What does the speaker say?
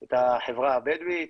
את החברה הבדואית,